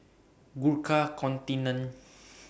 Gurkha Contingent